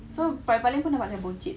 so paling paling pun nampak macam buncit